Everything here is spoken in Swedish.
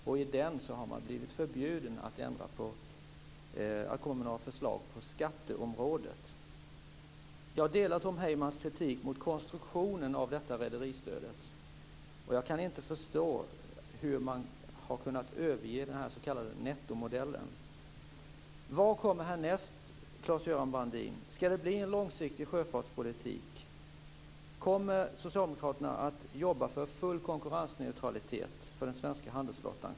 Utredningen har förbjudits lägga fram förslag på skatteområdet. Jag delar Tom Heymans kritik mot konstruktionen av rederistödet. Jag kan inte förstå hur man har kunnat överge den s.k. nettomodellen. Vad kommer härnäst, Claes-Göran Brandin? Skall det bli en långsiktig sjöfartspolitik? Kommer Socialdemokraterna att jobba för full konkurrensneutralitet för den svenska handelsflottan?